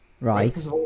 right